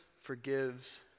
forgives